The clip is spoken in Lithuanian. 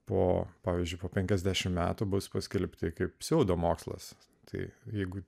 po pavyzdžiui po penkiasdešim metų bus paskelbti kaip pseudomokslas tai jeigu